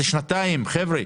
חבר'ה,